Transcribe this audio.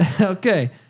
Okay